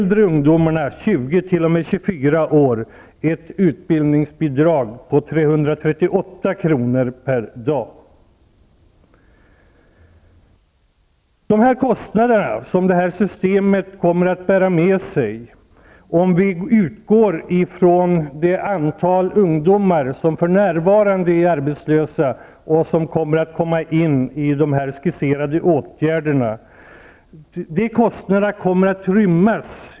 De kostnader som detta system medför kommer att rymmas inom den budget AMS i dag har, om man utgår ifrån det antal ungdomar som för närvarande är arbetslösa och som kommer in i de här skisserade åtgärderna.